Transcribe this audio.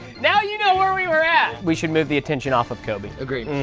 now you know where we were at. we should move the attention off of coby. agreed.